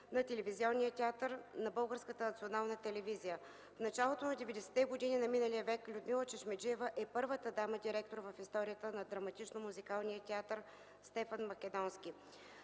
телевизия. В началото на 90-те години на миналия век Людмила Чешмеджиева е първата дама директор в историята на Драматично-музикалния театър „Стефан Македонски”.